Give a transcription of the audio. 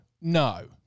No